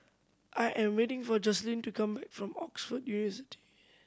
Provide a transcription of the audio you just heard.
I am waiting for Joselin to come back from Oxford